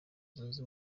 zunze